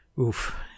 oof